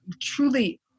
truly